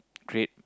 great